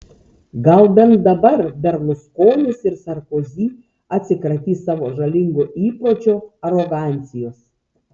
gal bent dabar berluskonis ir sarkozy atsikratys savo žalingo įpročio arogancijos